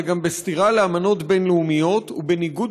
זה גם בסתירה לאמנות בין-לאומיות ובניגוד